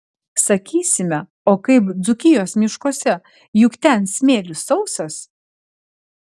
sakysime o kaip dzūkijos miškuose juk ten smėlis sausas